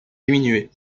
diminuée